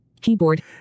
Keyboard